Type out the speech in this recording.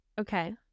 Okay